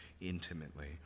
intimately